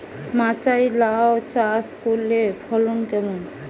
মাচায় লাউ চাষ করলে ফলন কেমন?